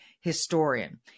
historian